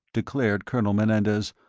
declared colonel menendez,